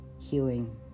Healing